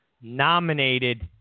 nominated